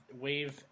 wave